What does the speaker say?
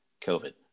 COVID